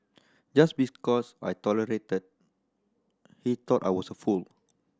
just because I tolerated he thought I was a fool